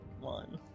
one